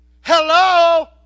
Hello